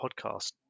podcast